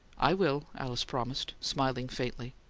i will, alice promised, smiling faintly.